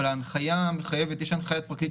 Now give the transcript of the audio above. אבל ההנחיה המחייבת יש הנחיית פרקליט